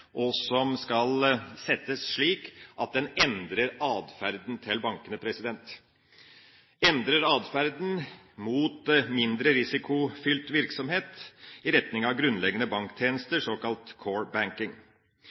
og som skal settes slik at den endrer atferden til bankene, endrer atferden mot mindre risikofylt virksomhet i retning av grunnleggende banktjenester, såkalt «core banking».